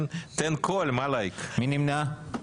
מי נמנע?